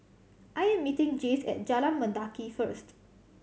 I'm meeting Jace at Jalan Mendaki first